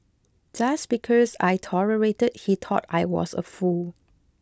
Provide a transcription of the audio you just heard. just because I tolerated he thought I was a fool